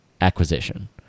acquisition